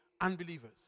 unbelievers